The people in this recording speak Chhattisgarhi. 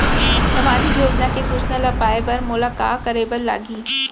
सामाजिक योजना के सूचना ल पाए बर मोला का करे बर लागही?